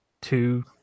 two